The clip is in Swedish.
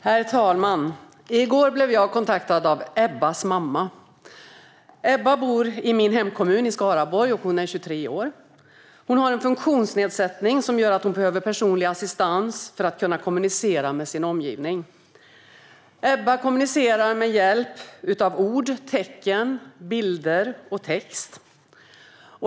Herr talman! I går blev jag kontaktad av Ebbas mamma. Ebba bor i min hemkommun i Skaraborg och är 23 år. Hon har en funktionsnedsättning som gör att hon behöver personlig assistans för att kunna kommunicera med sin omgivning. Ebba kommunicerar med hjälp av ord, tecken, bilder och text.